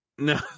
no